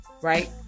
right